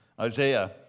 Isaiah